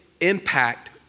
impact